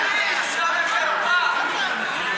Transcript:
בושה וחרפה.